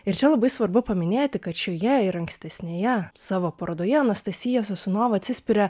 ir čia labai svarbu paminėti kad šioje ir ankstesnėje savo parodoje anastasija sosunova atsispiria